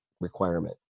requirement